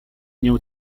new